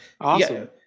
Awesome